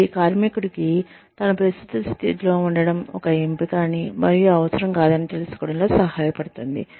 ఇది కార్మికుడికి తన ప్రస్తుత స్థితిలో ఉండడం ఒక ఎంపిక అని మరియు అవసరం కాదని తెలుసుకోవడంలో సహాయపడుతుంది